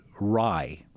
rye